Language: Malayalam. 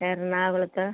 എറണാകുളത്ത്